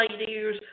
ideas